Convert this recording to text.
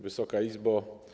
Wysoka Izbo!